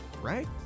right